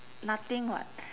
nothing [what]